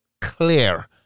clear